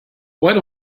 what